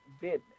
business